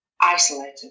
isolated